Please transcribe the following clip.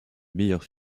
meilleure